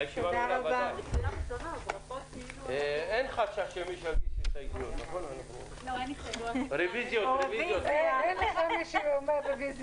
הישיבה ננעלה בשעה 10:29.